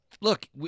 look